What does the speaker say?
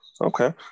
okay